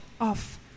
off